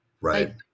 Right